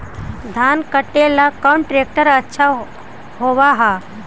धान कटे ला कौन ट्रैक्टर अच्छा होबा है?